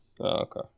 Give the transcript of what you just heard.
Okay